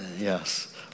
Yes